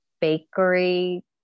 bakery